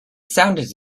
sounded